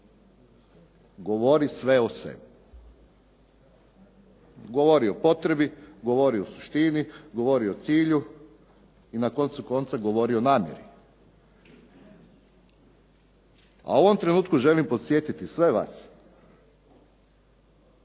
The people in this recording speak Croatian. govori sve o sebi. Govori o potrebi, govori o suštini, govori o cilju i na koncu konca govori o namjeri. A u ovom trenutku želim podsjetiti sve vas